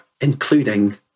including